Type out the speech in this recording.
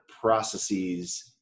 processes